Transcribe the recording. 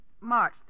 March